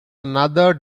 another